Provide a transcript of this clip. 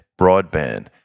broadband